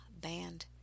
band